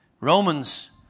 Romans